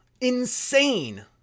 insane